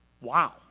Wow